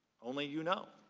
only you know.